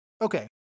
Okay